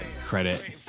Credit